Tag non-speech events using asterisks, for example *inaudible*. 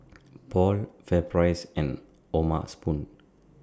*noise* Paul FairPrice and O'ma Spoon